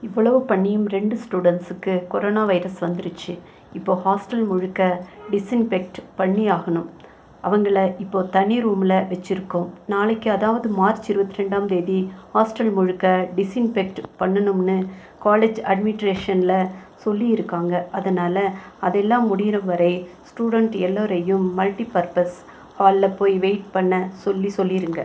இவ்வளவு பண்ணியும் ரெண்டு ஸ்டூடண்ட்ஸுக்கு கொரோனா வைரஸ் வந்துடுச்சி இப்போது ஹாஸ்டல் முழுக்க டிஸ்ஸின்ஃபெக்ட் பண்ணியாகணும் அவர்கள இப்போது தனி ரூமில் வச்சிருக்கோம் நாளைக்கு அதாவது மார்ச் இருபத்தி ரெண்டாம் தேதி ஹாஸ்டல் முழுக்க டிஸ்ஸின்ஃபெக்ட் பண்ணணும்னு காலேஜ் அட்மினிஸ்ட்ரேஷனில் சொல்லி இருக்காங்க அதனால அதெல்லாம் முடியுற வரை ஸ்டூடண்ட் எல்லோரையும் மல்டி பர்ப்பஸ் ஹாலில் போய் வெயிட் பண்ண சொல்லி சொல்லிடுங்க